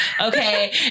Okay